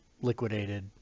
liquidated